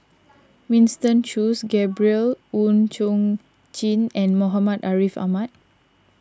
Winston Choos Gabriel Oon Chong Jin and Muhammad Ariff Ahmad